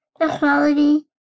equality